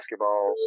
basketballs